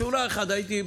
שורה אחת הייתי,